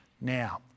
Now